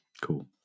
Cool